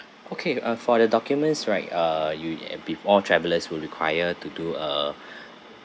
okay uh for the documents right uh you and before travelers will require to do uh